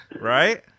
right